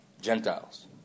Gentiles